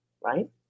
right